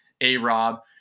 A-Rob